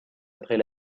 après